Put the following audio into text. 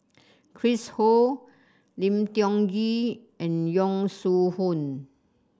Chris Ho Lim Tiong Ghee and Yong Shu Hoong